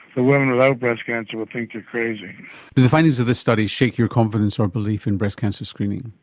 the woman without breast cancer will think you are crazy. do the findings of this study shake your confidence or belief in breast cancer screening?